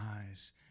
eyes